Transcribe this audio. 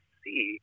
see